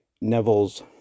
Neville's